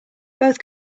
both